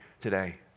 today